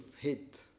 hit